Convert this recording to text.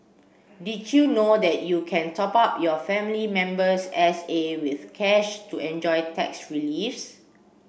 did you know that you can top up your family member's S A with cash to enjoy tax reliefs